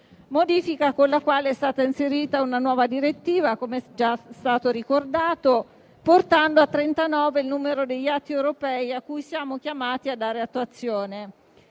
modifica con la quale è stata inserita una nuova direttiva - come già è stato ricordato - portando a 39 il numero degli atti europei a cui siamo chiamati a dare attuazione.